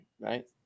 Right